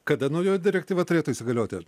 kada naujoji direktyva turėtų įsigalioti